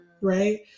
right